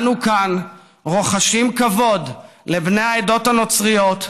אנו כאן רוחשים כבוד לבני העדות הנוצריות,